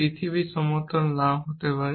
পৃথিবী সমতল নাও হতে পারে